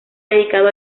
dedicado